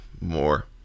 more